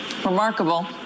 remarkable